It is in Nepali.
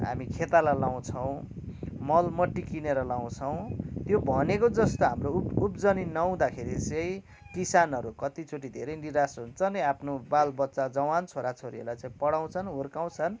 हामी खेताला लाउँछौँ मल मट्टी किनेर लाउँछौँ त्यो भनेको जस्तो हाम्रो उब उब्जनी नहुँदाखेरि चाहिँ किसानहरू कतिचोटि धेरै निराश हुन्छ नि आफ्नो बाल बच्चा जवान छोरा छोरीहरूलाई पढाउँछन् हुर्काउछन्